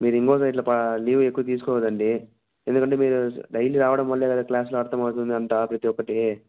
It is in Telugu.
మీరు ఇంకోసారి ఇట్లా పా లీవ్ ఎక్కువ తీసుకోద్దండి ఎందుకంటే మీరు డైలీ రావడం వల్లే కదా క్లాస్లో అర్థమవుతుంది అంతా ప్రతి ఒక్కటీ